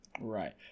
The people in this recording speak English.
Right